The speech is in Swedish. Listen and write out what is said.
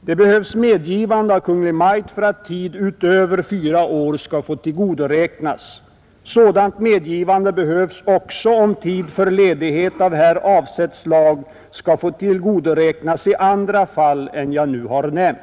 Det behövs medgivande av Kungl. Maj:t för att tid utöver fyra år skall få tillgodoräknas. Sådant medgivande behövs också om tid för ledighet av här avsett slag skall få tillgodoräknas i andra fall än jag nu har nämnt.